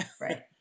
Right